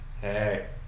Hey